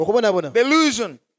delusion